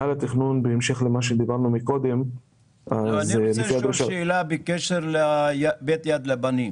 אני רוצה לשאול שאלה בקשר לבית יד לבנים.